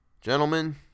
Gentlemen